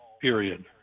period